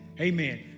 Amen